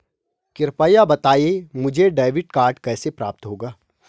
कृपया बताएँ मुझे डेबिट कार्ड कैसे प्राप्त होगा?